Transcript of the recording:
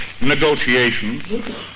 negotiations